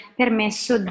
permesso